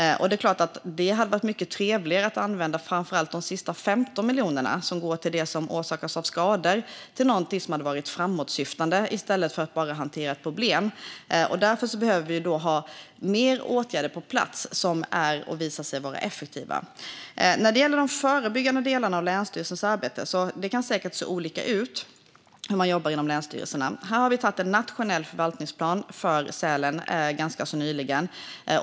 Det är klart att det hade varit mycket trevligare att använda framför allt de sista 15 miljonerna, som går till skador, till något som hade varit framåtsyftande i stället för att bara hantera problem. Därför behöver vi ha mer åtgärder på plats som visar sig vara effektiva. När det gäller de förebyggande delarna av länsstyrelsernas arbete kan det säkert se olika ut hur man jobbar. Här har vi ganska nyligen antagit en nationell förvaltningsplan för sälen.